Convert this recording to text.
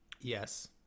Yes